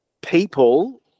people